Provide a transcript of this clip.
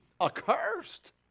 accursed